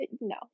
No